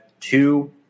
two